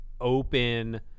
open